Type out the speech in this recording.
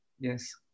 yes